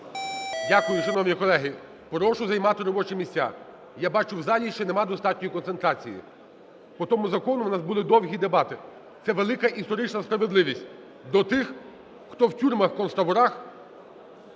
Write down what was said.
Дякую. Шановні колеги, прошу займати робочі місця. Я бачу, в залі ще нема достатньої концентрації. По тому закону у нас були довгі дебати. Це – велика історична справедливість до тих, хто в тюрмах, концтаборах